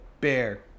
bear